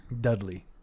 Dudley